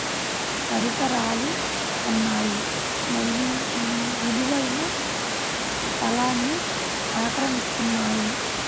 పరికరాలు ఉన్నాయి మరియు ఇవి విలువైన స్థలాన్ని ఆక్రమిస్తున్నాయి